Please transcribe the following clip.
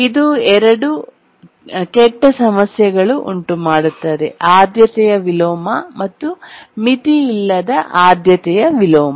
ಇದು ಎರಡು ಕೆಟ್ಟ ಸಮಸ್ಯೆಗಳನ್ನು ಉಂಟುಮಾಡುತ್ತದೆ ಆದ್ಯತೆಯ ವಿಲೋಮ ಮತ್ತು ಮಿತಿಯಿಲ್ಲದ ಆದ್ಯತೆಯ ವಿಲೋಮ